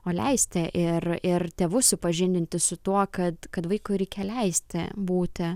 o leisti ir ir tėvus supažindinti su tuo kad kad vaikui reikia leisti būti